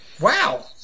Wow